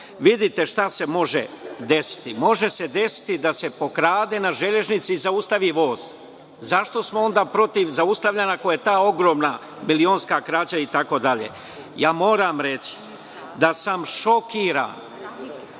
šta se može desiti. Može se desiti da se pokrade na železnici i zaustavi voz. Zašto smo onda protiv zaustavljanja, ako je ta ogromna bilionska krađa itd? Moram reći da sam šokiran